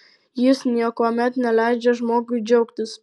jis niekuomet neleidžia žmogui džiaugtis